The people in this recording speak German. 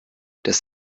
das